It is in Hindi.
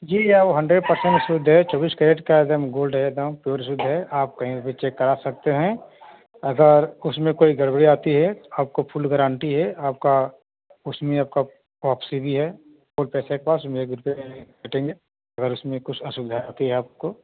जी हाँ हन्डर्ड पर्सेन्ट शुद्ध है चौबीस कैरेट का एकदम गोल्ड है दाम प्योर शुद्ध है आप कहीं भी चेक करा सकते हैं अगर उसमें कोई गड़बड़ी आती है आपको फुल गारंटी है आपका उसमें आपका वापसी भी है फुल पैसा का उसमें एक भी रुपये नहीं काटेंगे अगर उसमें कुछ असुविधा होती है आपको